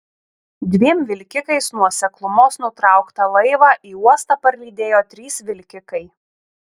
dviem vilkikais nuo seklumos nutrauktą laivą į uostą parlydėjo trys vilkikai